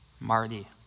Marty